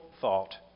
thought